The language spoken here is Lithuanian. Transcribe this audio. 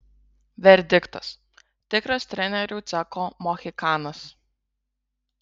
verdiktas tikras trenerių cecho mohikanas